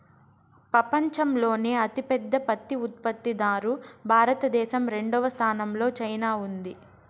పపంచంలోనే అతి పెద్ద పత్తి ఉత్పత్తి దారు భారత దేశం, రెండవ స్థానం లో చైనా ఉంది